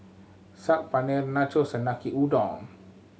Saag Paneer Nachos and Udon